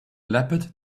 leopard